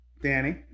Danny